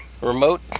remote